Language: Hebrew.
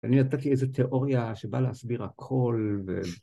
אני נתתי איזו תיאוריה שבאה להסביר הכל ו...